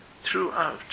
throughout